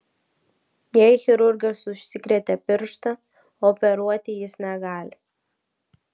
jei chirurgas užsikrėtė pirštą operuoti jis negali